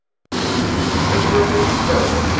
you miserable cur!